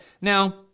Now